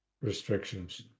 restrictions